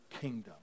kingdom